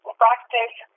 practice